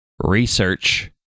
research